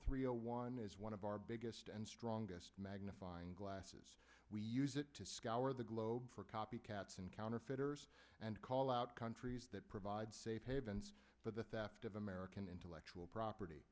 zero one is one of our biggest and strongest magnifying glasses we use it to scour the globe for copycats and counterfeiters and call out countries that provide safe havens but the theft of american intellectual property